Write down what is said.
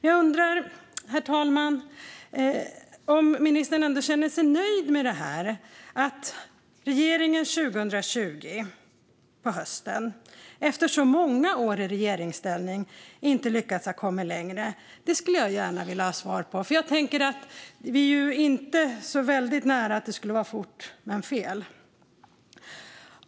Jag undrar ändå, herr talman, om ministern känner sig nöjd med att regeringen hösten 2020 efter så många år i regeringsställning inte har lyckats komma längre. Det skulle jag gärna vilja ha svar på. Vi är ju inte så väldigt nära att det skulle vara fort men fel.